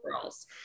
girls